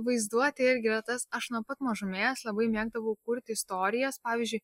vaizduotė irgi yra tas aš nuo pat mažumės labai mėgdavau kurti istorijas pavyzdžiui